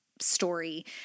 story